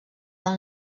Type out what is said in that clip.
del